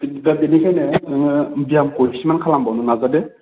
दा बेनिखायनो नोङो बियामखौ मेक्सिमाम खालामबावनो नाजादो